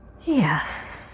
Yes